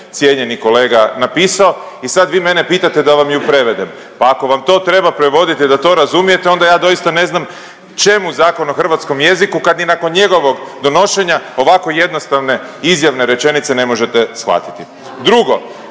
cijenjeni kolega napisao i sad vi mene pitate da vam ju prevedem. Pa ako vam to treba prevoditi da to razumijete onda ja doista ne znam čemu Zakon o hrvatskom jeziku kad ni nakon njegovog donošenja ovako jednostavne izjavne rečenice, ne možete shvatiti. Drugo,